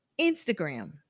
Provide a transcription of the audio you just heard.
Instagram